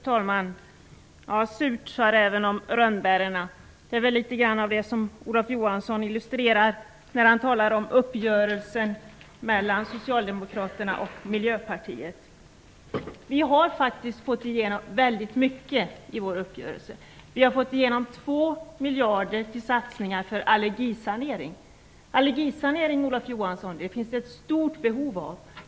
Fru talman! Surt sa räven om rönnbären - det är väl något av det som Olof Johansson illustrerar när han talar om uppgörelsen mellan Socialdemokraterna och Miljöpartiet. Vi har faktiskt fått igenom väldigt mycket i vår uppgörelse. Vi har fått igenom 2 miljarder i satsningar på allergisanering. Allergisanering finns det ett stort behov av, Olof Johansson.